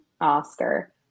Oscar